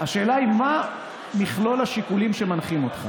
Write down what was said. השאלה היא מה מכלול השיקום שמנחים אותך.